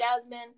Jasmine